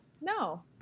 No